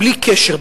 בלי קשר,